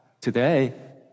Today